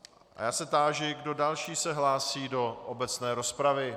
Já se táži, kdo další se hlásí do obecné rozpravy.